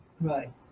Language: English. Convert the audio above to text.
Right